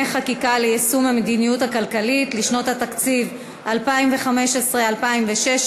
חקיקה ליישום המדיניות הכלכלית לשנות התקציב 2015 ו-2016),